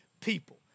people